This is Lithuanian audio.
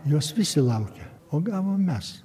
jos visi laukia o gavom mes